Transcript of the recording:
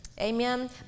Amen